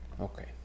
okay